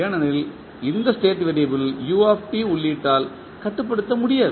ஏனெனில் இந்த state variable u உள்ளீட்டால் கட்டுப்படுத்த முடியாது